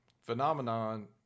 phenomenon